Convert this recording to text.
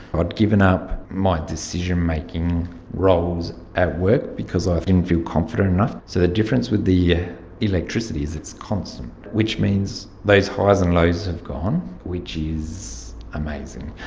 i'd given up my decision-making roles at work because i didn't feel confident enough, so the difference with the electricity is it's constant, which means those highs and lows have gone, which is amazing.